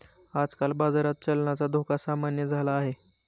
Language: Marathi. आजकाल बाजारात चलनाचा धोका सामान्य झाला आहे